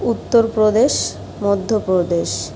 Uttar Pradesh Madhya Pradesh